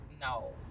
No